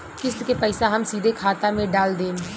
किस्त के पईसा हम सीधे खाता में डाल देम?